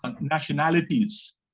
Nationalities